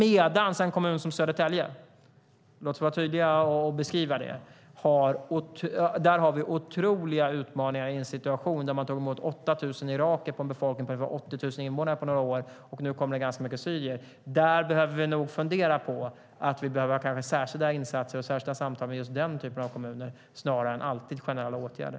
I en kommun som Södertälje däremot, låt oss vara tydliga och beskriva det, har vi otroliga utmaningar i en situation där de har tagit emot 8 000 irakier på några år på en befolkning på ungefär 80 000 invånare. Nu kommer det ganska många syrier. Där behöver vi nog fundera på att kanske göra särskilda insatser, föra särskilda samtal med just den typen av kommuner snarare än att alltid vidta generella åtgärder.